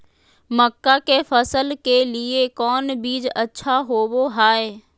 मक्का के फसल के लिए कौन बीज अच्छा होबो हाय?